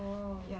orh